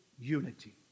unity